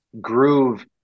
groove